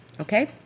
Okay